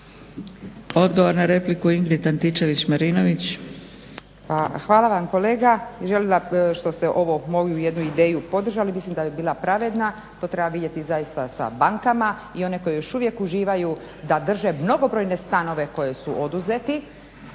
…/Govornik se ne razumije./… što ste ovu moju jednu ideju podržali mislim da bi bila pravedna, to treba vidjeti zaista sa bankama i onima koji još uvijek uživaju da drže mnogobrojne stanove koji su oduzeti,